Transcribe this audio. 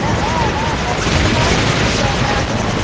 এ হয় হয় কওকচোন বাৰু কি দৰকাৰ হৈছে